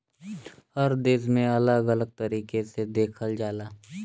हर देश में अलग अलग तरीके से देखल जाला